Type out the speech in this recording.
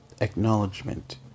Acknowledgement